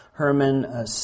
Herman